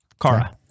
Kara